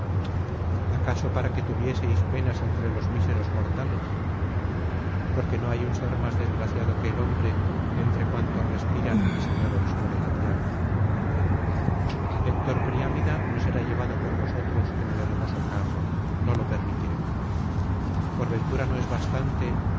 acaso para que tuvieseis penas entre los míseros mortales porque no hay un ser más desgraciado que el hombre entre cuantos respiran y se mueven sobre la tierra héctor priámida no será llevado por vosotros en el hermoso carro no lo permitiré por ventura no es bastante